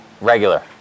regular